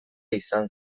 izan